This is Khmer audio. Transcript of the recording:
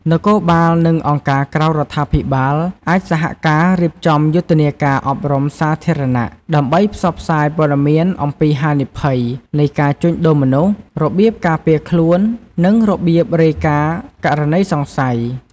នគរបាល និងអង្គការក្រៅរដ្ឋាភិបាលអាចសហការរៀបចំយុទ្ធនាការអប់រំសាធារណៈ ដើម្បីផ្សព្វផ្សាយព័ត៌មានអំពីហានិភ័យនៃការជួញដូរមនុស្ស របៀបការពារខ្លួន និងរបៀបរាយការណ៍ករណីសង្ស័យ។